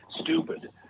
stupid